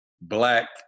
black